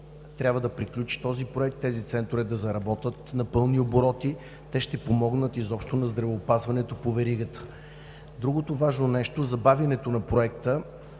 трябва да приключи този проект, тези центрове да заработят на пълни обороти. Те ще помогнат изобщо на здравеопазването по веригата. Другото важно нещо – забавянето на проекта.